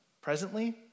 presently